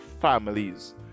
families